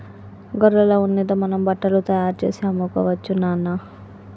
గొర్రెల ఉన్నితో మనం బట్టలు తయారుచేసి అమ్ముకోవచ్చు నాన్న